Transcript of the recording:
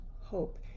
hope